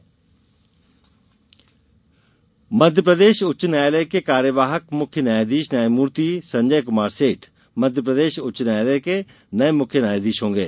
मुख्य न्यायाधीश मध्यप्रदेश उच्च न्यायालय के कार्यवाहक मुख्यन्यायाधीश न्यायमूर्ति संजय कुमार सेठ मध्यप्रदेश उच्च न्यायालय के नये मुख्य न्यायाधीश होंगे